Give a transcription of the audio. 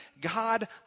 God